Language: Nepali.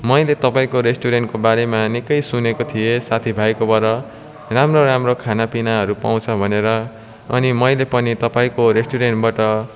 मैले तपाईँको रेस्टुरेन्टको बारेमा निक्कै सुनेको थिएँ साथीभाइकोबाट राम्रो राम्रो खाना पिनाहरू पाउँछ भनेर अनि मैले पनि तपाईँको रेस्टुरेन्टबाट